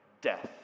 death